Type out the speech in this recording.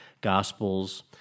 gospels